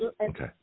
Okay